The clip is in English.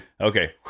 okay